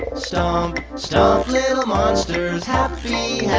stomp, stomp little monsters. happy